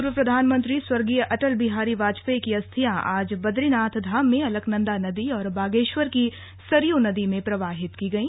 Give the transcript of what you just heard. पूर्व प्रधानमंत्री स्वर्गीय अटल बिहारी वाजपेयी की अस्थियां आज बदरीनाथ धाम में अलकनंदा नदी और बागेश्वर की सरयू नदी में प्रवाहित की गई